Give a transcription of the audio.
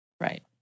Right